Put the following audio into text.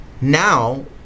now